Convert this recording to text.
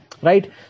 Right